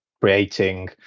creating